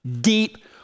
deep